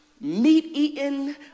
meat-eating